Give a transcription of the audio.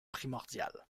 primordial